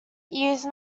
use